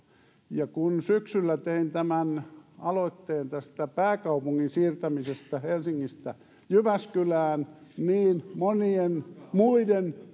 ja kun syksyllä tein aloitteen tästä pääkaupungin siirtämisestä helsingistä jyväskylään niin monien muiden